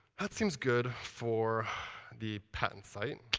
that seems good for the patent site.